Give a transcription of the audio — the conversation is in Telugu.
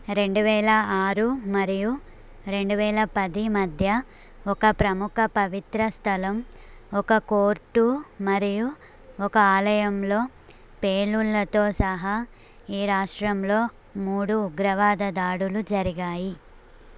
రెండు వేల ఆరు మరియు రెండు వేల పది మధ్య ఒక ప్రముఖ పవిత్ర స్థలం ఒక కోర్టు మరియు ఒక ఆలయంలో పేలుళ్ళతో సహా ఈ రాష్ట్రంలో మూడు ఉగ్రవాద దాడులు జరిగాయి